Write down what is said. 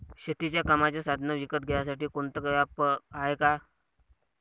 शेतीच्या कामाचे साधनं विकत घ्यासाठी कोनतं ॲप हाये का?